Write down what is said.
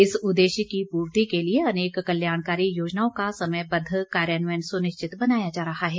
इस उद्देश्य की पूर्ति के लिए अनेक कल्याणकारी योजनाओं का समयबद्द कार्यान्वयन सुनिश्चित बनाया जा रहा है